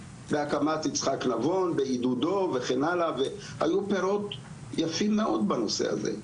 בהקמת יצחק נבון בעידודו וכן הלאה והיו פירות יפים מאוד בנושא הזה,